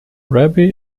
rabbi